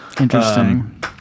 interesting